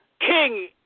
King